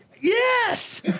Yes